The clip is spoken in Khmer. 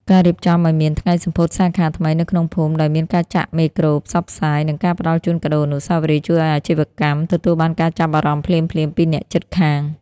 ការរៀបចំឱ្យមាន "ថ្ងៃសម្ពោធសាខាថ្មី" នៅក្នុងភូមិ ដោយមានការចាក់មេក្រូផ្សព្វផ្សាយ និងការផ្ដល់ជូនកាដូអនុស្សាវរីយ៍ ជួយឱ្យអាជីវកម្មទទួលបានការចាប់អារម្មណ៍ភ្លាមៗពីអ្នកជិតខាង។